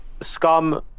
Scum